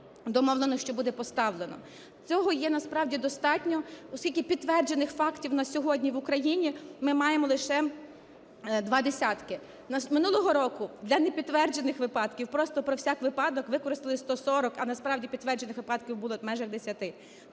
домовлено, що буде поставлено. Цього є насправді достатньо, оскільки підтверджених фактів на сьогодні в Україні ми маємо лише два десятки. Минулого року для непідтверджених випадків просто про всяк випадок використали 140, а насправді підтверджених випадків було в межах 10.